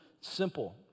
Simple